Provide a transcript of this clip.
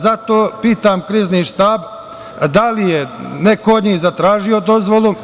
Zato pitam Krizni štab – da li je neko od njih zatražio dozvolu?